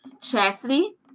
Chastity